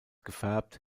gefärbt